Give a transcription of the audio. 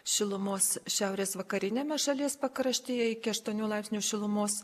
šilumos šiaurės vakariniame šalies pakraštyje iki aštuonių laipsnių šilumos